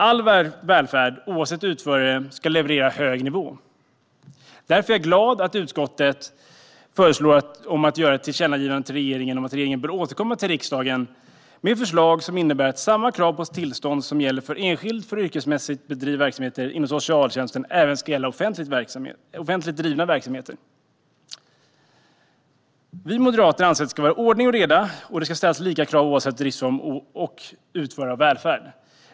All välfärd, oavsett utförare, ska leverera på hög nivå. Därför är jag är glad att utskottet föreslår ett tillkännagivande till regeringen om att regeringen bör återkomma till riksdagen med förslag som innebär att samma krav på tillstånd som gäller för en enskild för att yrkesmässigt bedriva verksamhet inom socialtjänsten även ska gälla för offentligt driven verksamhet. Vi moderater anser att det ska vara ordning och reda och ställas likvärdiga krav oavsett driftsform och utförare av välfärd.